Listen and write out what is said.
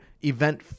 event